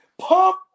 pump